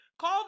Call